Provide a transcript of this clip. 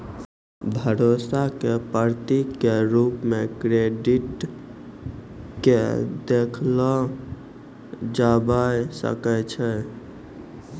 भरोसा क प्रतीक क रूप म क्रेडिट क देखलो जाबअ सकै छै